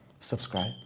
subscribe